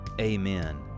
amen